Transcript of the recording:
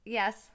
yes